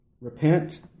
repent